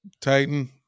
Titan